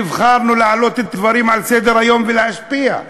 נבחרנו להעלות דברים על סדר-היום ולהשפיע,